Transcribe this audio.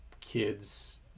kids